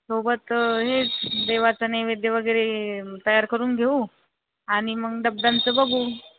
सोबत हेच देवाचा नैवेद्य वगैरे तयार करून घेऊ आणि मग डब्ब्यांचं बघू